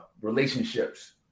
relationships